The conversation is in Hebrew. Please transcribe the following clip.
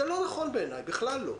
זה לא נכון בעיניי, בכלל לא.